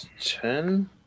Ten